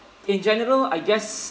in general I guess